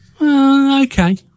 okay